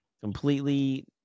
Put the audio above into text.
Completely